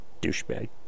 douchebag